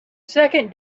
second